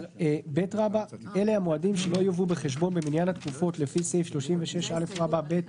"מועדים שלא יובאו בחשבון לעניין התקופות לקבלת חוק